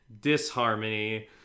disharmony